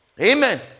Amen